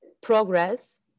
progress